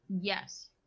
yes